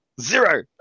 Zero